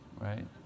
right